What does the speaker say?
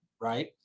right